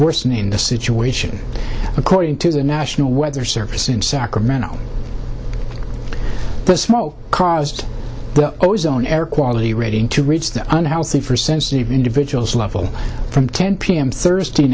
worsening the situation according to the national weather service in sacramento the smoke caused the ozone air quality rating to reach the unhealthy for sensitive individuals level from ten p m thursday